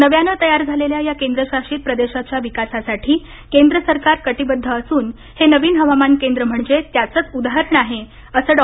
नव्यानं तयार झालेल्या या केंद्र शासित प्रदेशाच्या विकासासाठी केंद्र सरकार कटिबद्ध असून हे नवीन हवामन केंद्र म्हणजे त्याचंच उदाहरण आहे असं डॉ